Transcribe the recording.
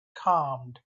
calmed